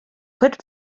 put